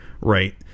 right